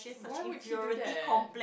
why would she do that